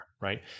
Right